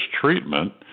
treatment